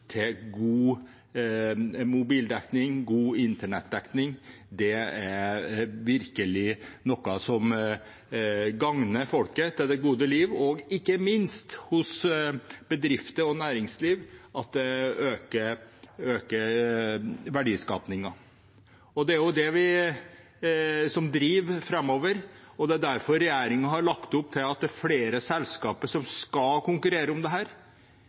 god mobildekning og god internettdekning. Det er virkelig noe som gagner folket og fremmer det gode liv, og ikke minst øker det verdiskapingen for bedrifter og næringsliv. Det er jo det som driver dem framover, og det er derfor regjeringen har lagt opp til at flere selskaper skal konkurrere om dette. Det